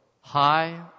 high